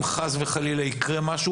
אם חס וחלילה יקרה משהו,